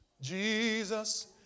Jesus